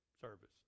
Service